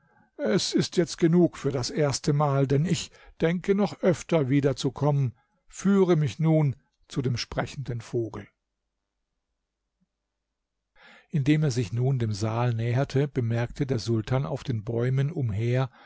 es ist jetzt genug für das erste mal denn ich denke noch öfter wiederzukommen führe mich nun zu dem sprechenden vogel indem er sich nun dem saal näherte bemerkte der sultan auf den bäumen umher